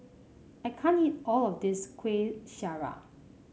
I can't eat all of this Kueh Syara